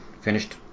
finished